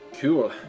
Cool